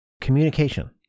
communication